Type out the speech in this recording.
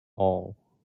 all